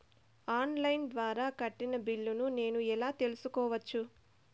On line ద్వారా కట్టిన బిల్లును నేను ఎలా తెలుసుకోవచ్చు?